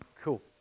Cool